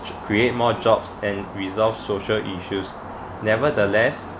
create more jobs and resolve social issues nevertheless